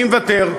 אני מוותר,